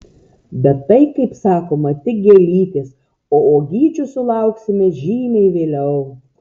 bet tai kaip sakoma tik gėlytės o uogyčių sulauksime žymiai vėliau